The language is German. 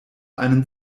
einen